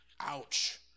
ouch